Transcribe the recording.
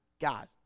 God